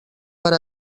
per